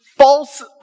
False